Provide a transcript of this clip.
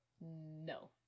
No